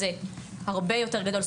זה הרבה יותר גדול.